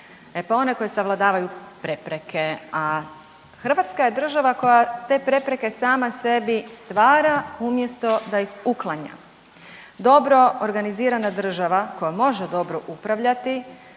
E pa one koje savladavaju prepreke. A Hrvatska je država koja te prepreke sama sebi stvara umjesto da ih uklanja. Dobro organizirana država koja može dobro upravljati